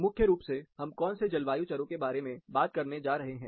तो मुख्य रूप सेहम कौन से जलवायु चरो के बारे में बात करने जा रहे हैं